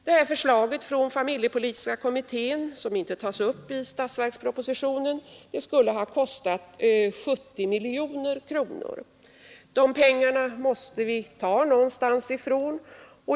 Ett genomförande av familjepolitiska kommitténs förslag på denna punkt skulle ha kostat 70 miljoner kronor. De pengarna måste tas någonstans ifrån.